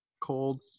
cold